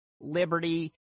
liberty